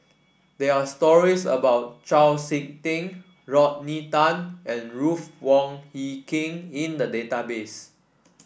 there are stories about Chau SiK Ting Rodney Tan and Ruth Wong Hie King in the database